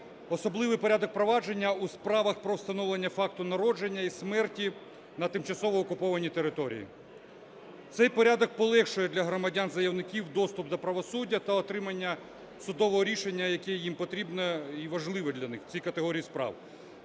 особливий порядок провадження у справах про встановлення факту народження і смерті на тимчасово окупованій території. Цей порядок полегшує для громадян-заявників доступ до правосуддя та отримання судового рішення, яке їм потрібне і важливе для них в цій категорії справ.